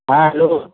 हां हॅलो